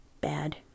bad